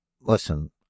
Listen